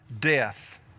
death